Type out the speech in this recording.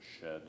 shed